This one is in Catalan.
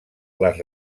les